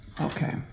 Okay